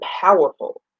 powerful